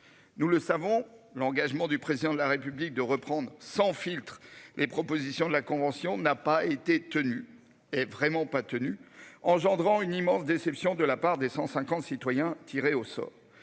Nous le savons, l'engagement du président de la République de reprendre sans filtre les propositions de la convention n'a pas été tenues et vraiment pas tenu engendrant une immense déception de la part des 150 citoyens tirés au sort.